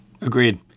Agreed